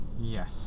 Yes